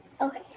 Okay